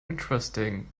interesting